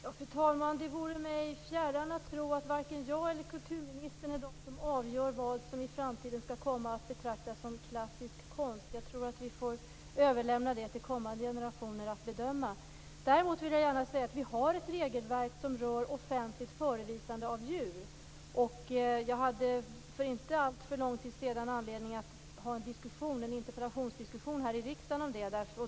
Fru talman! Det vore mig fjärran att tro att jag eller kulturministern är de som avgör vad som i framtiden kommer att betraktas som klassisk konst. Vi får överlämna det till kommande generationer att bedöma. Vi har ett regelverk som rör offentligt förevisande av djur. Jag hade för inte så lång tid sedan en interpellationsdiskussion om det här i riksdagen.